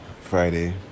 Friday